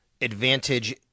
advantage